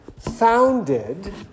founded